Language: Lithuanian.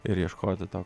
ir ieškoti to